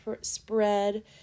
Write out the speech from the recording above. spread